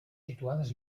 situades